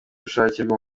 gushakirwa